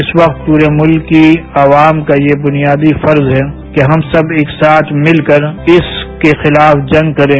इस वक्त पूरे मुल्क की अवाम का ये बुनियादी फर्ज है कि हम सब एक साथ मिलकर इसके खिलाफ जग करें